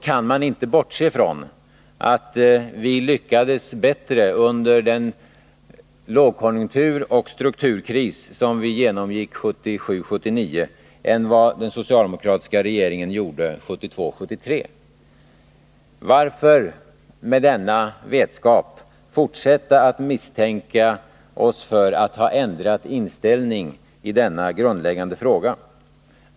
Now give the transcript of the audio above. Man kan inte bortse från att vi lyckades bättre under den lågkonjunktur och strukturkris som vi genomgick 1977-1979 än vad den socialdemokratiska regeringen gjorde 1972-1973. Varför, med denna vetskap, fortsätta att misstänka oss för att ha ändrat inställning i denna grundläggande fråga?